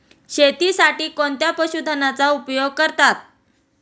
शेतीसाठी कोणत्या पशुधनाचा उपयोग करतात?